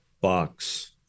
box